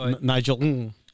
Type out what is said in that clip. Nigel